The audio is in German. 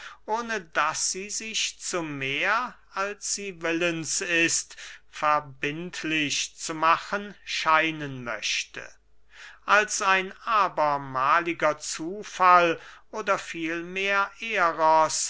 ohne daß sie sich zu mehr als sie willens ist verbindlich zu machen scheinen möchte als ein abermahliger zufall oder vielmehr eros